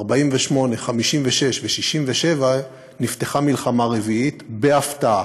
48', 56' ו-67', נפתחה מלחמה רביעית בהפתעה,